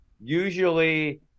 usually